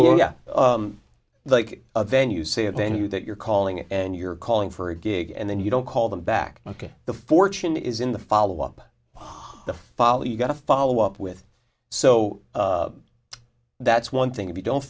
yeah like a venue say a venue that you're calling it and you're calling for a gig and then you don't call them back ok the fortune is in the follow up on the follow you've got to follow up with so that's one thing if you don't